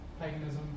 paganism